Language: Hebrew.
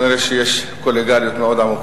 אני קראתי את הדוח מכל הכיוונים,